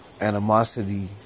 animosity